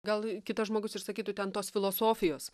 gal kitas žmogus ir sakytų ten tos filosofijos